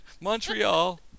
Montreal